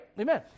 Amen